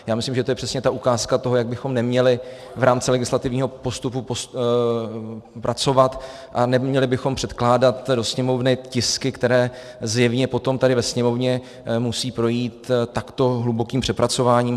Myslím si, že to je přesně ukázka toho, jak bychom neměli v rámci legislativního postupu pracovat a neměli bychom předkládat do Sněmovny tisky, které zjevně potom tady ve Sněmovně musí projít takto hlubokým přepracováním.